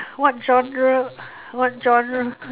what genre what genre